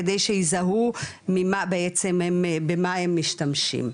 כדי שיזהו במה הם משתמשים.